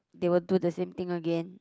they will do the same thing again